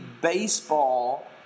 baseball